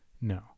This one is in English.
no